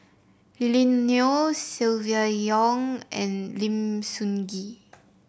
Lily Neo Silvia Yong and Lim Sun Gee